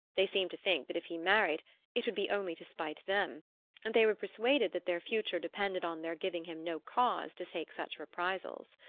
they seemed to think that if he married it would be only to spite them and they were persuaded that their future depended on their giving him no cause to take such reprisals.